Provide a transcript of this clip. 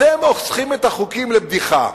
אתם הופכים את החוקים לבדיחה.